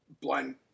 blind